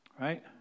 Right